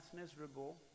miserable